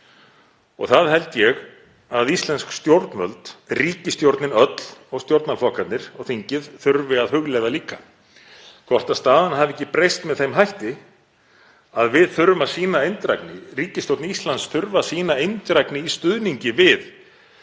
Ég held að íslensk stjórnvöld, ríkisstjórnin öll og stjórnarflokkarnir og þingið þurfi að hugleiða það líka hvort staðan hafi ekki breyst með þeim hætti að við þurfum að sýna eindrægni, ríkisstjórn Íslands þurfi að sýna eindrægni í stuðningi við